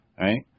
right